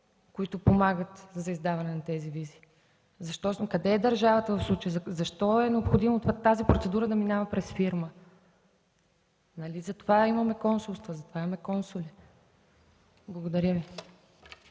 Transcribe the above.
които помагат за издаване на тези визи? Къде е държавата в случая? Защо е необходимо тази процедура да минава през фирма? Нали затова имаме консулства, затова имаме консули! Благодаря.